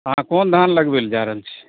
अहाँ क़ोन धान लगबै लए जा रहल छियै